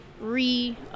re –